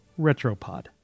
Retropod